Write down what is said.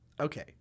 Okay